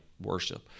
worship